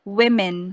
women